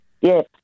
Yes